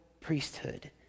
priesthood